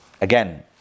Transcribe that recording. again